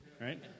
right